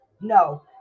No